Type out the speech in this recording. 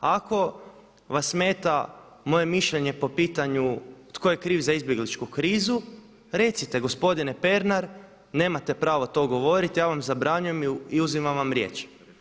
Ako vas smeta mojemišljenje po pitanju tko je kriv za izbjegličku krizu, recite to gospodine Pernar nemate pravo to govoriti, ja vam zabranjujem i uzimam vam riječ.